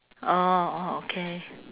orh orh okay